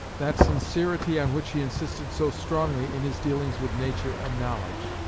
that sincerity on which he insisted so strongly in his dealings with nature and knowledge.